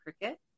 cricket